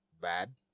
bad